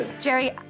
jerry